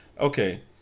okay